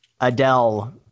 Adele